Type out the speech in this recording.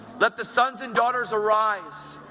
let the sons and daughters arise,